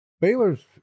Baylor's